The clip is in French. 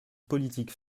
politique